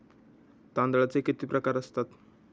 तांदळाचे किती प्रकार असतात?